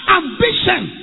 ambition